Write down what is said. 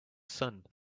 sun